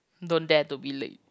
don't dare to be late